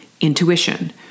intuition